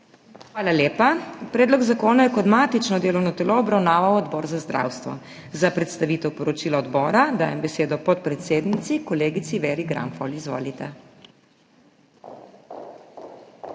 Hvala lepa. Predlog zakona je kot matično delovno telo obravnaval Odbor za zdravstvo. Za predstavitev poročila odbora dajem besedo podpredsednici kolegici Veri Granfol. Izvolite.